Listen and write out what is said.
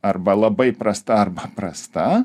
arba labai prasta arba prasta